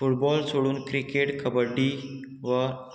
football सोडून cricket kabaddi वा